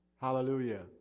Hallelujah